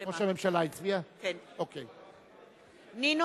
הכנסת) בנימין